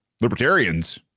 Libertarians